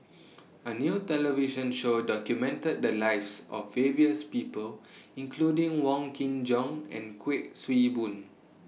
A New television Show documented The Lives of various People including Wong Kin Jong and Kuik Swee Boon